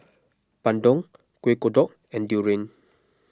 Bandung Kuih Kodok and Durian